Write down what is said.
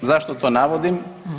Zašto to navodim?